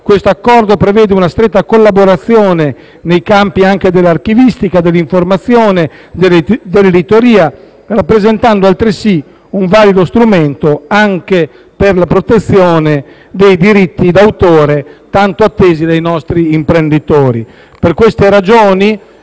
questo Accordo prevede una stretta collaborazione anche nei campi dell'archivistica, dell'informazione e dell'editoria, rappresentando altresì un valido strumento anche per la protezione dei diritti d'autore, tanto attesi dai nostri imprenditori. Per queste ragioni,